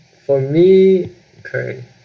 for me current